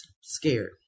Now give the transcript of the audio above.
scared